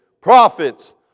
prophets